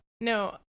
No